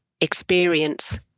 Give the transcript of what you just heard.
experience